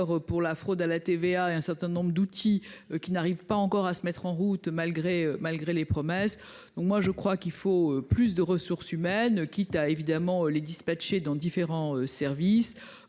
pour la fraude à la TVA et un certain nombre d'outils qui n'arrive pas encore à se mettre en route malgré, malgré les promesses, donc moi je crois qu'il faut plus de ressources humaines quitta évidemment les dispatchés dans différents services,